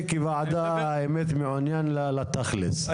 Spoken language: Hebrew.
אני כוועדה האמת מעוניין לתכלס.